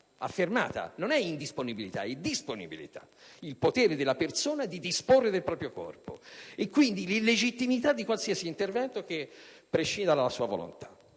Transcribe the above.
ma di disponibilità, vale a dire del potere della persona di disporre del proprio corpo e quindi l'illegittimità di qualsiasi intervento che prescinda dalla sua volontà.